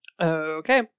Okay